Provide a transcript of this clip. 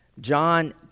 John